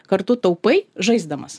kartu taupai žaisdamas